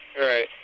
Right